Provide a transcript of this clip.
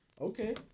Okay